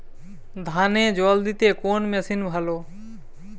ধানে জল দিতে কোন মেশিন ভালো?